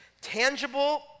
tangible